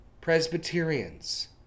Presbyterians